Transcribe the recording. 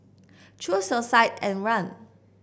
choose your side and run